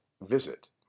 Visit